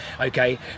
okay